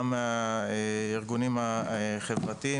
גם הארגונים החברתיים.